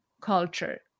culture